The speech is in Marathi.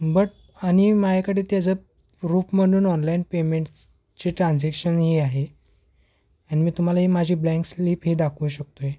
बट आणि माझ्याकडे त्याचं रूफ म्हणून ऑनलाईन पेमेंट्ची ट्रान्झेक्शन ही आहे आणि मी तुम्हाला ही माझी ब्लँक स्लिप हे दाखवू शकतोय